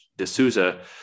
D'Souza